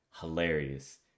hilarious